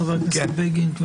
חברי הכנסת בגין?